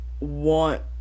want